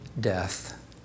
death